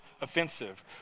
offensive